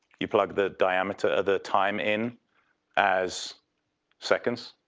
you plug the diameter of the time in as seconds,